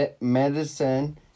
medicine